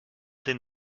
den